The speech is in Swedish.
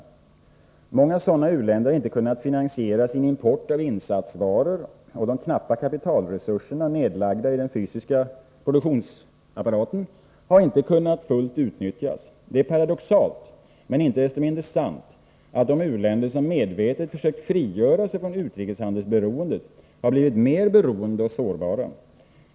Många sådana u-länder har inte kunnat finansiera sin import av insatsvaror, och de knappa kapitalresurserna nedlagda i den fysiska produktionsapparaten har inte kunnat fullt utnyttjas. Det är paradoxalt men inte desto mindre sant att de u-länder som medvetet försökt frigöra sig från utrikeshandelsberoendet har blivit mera beroende och sårbara.